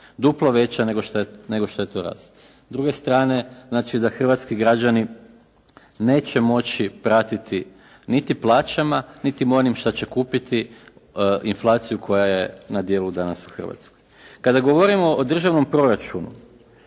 duplo veća nego što je to rast. S druge strane znači da hrvatski građani neće moći pratiti niti plaćama niti onim što će kupiti inflaciju koja je na djelu danas u Hrvatskoj. Kada govorimo o državnom proračunu,